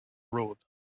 road